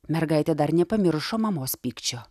mergaitė dar nepamiršo mamos pykčio